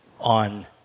on